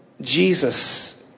Jesus